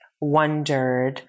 wondered